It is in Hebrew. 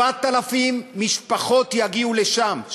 7,000 איש יגיעו לשם,